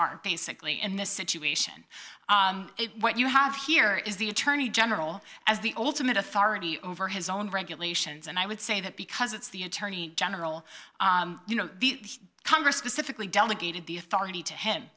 are basically in this situation what you have here is the attorney general as the ultimate authority over his own regulations and i would say that because it's the attorney general you know the congress specifically delegated the authority to him